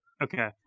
Okay